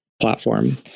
platform